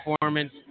performance